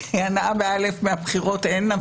כי הנאה ב-א' מהבחירות אין,